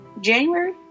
January